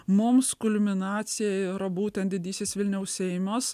mums kulminacija yra būtent didysis vilniaus seimas